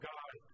God